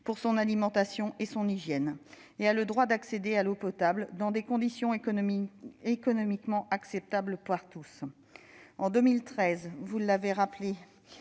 pour son alimentation et son hygiène, a le droit d'accéder à l'eau potable dans des conditions économiquement acceptables par tous ». En 2013, la loi